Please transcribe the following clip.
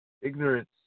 Ignorance